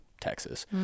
Texas